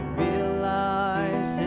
realize